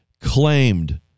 claimed